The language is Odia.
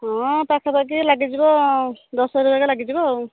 ହଁ ପାଖାପାଖି ଲାଗିଯିବ ଦଶ ହଜାର ଲାଗିଯିବ